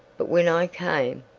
but when i came,